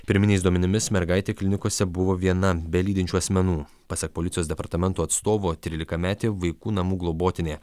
pirminiais duomenimis mergaitė klinikose buvo viena be lydinčių asmenų pasak policijos departamento atstovo trylikametė vaikų namų globotinė